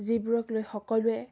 যিবোৰক লৈ সকলোৱে